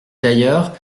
d’ailleurs